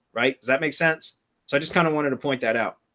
right. does that make sense? so i just kind of wanted to point that out.